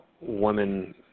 women